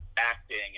acting